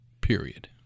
period